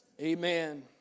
Amen